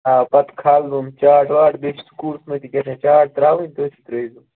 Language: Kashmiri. آ پَتہٕ کھالہٕ یِم چارٹ واٹ بیٚیہِ چھِ سکوٗلَس منٛز تہِ گَژھِ چارٹ ترٛاوٕنۍ تٔتھۍ تہِ ترٛٲوِزیٚو